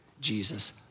Jesus